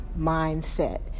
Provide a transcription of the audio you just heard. mindset